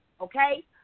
okay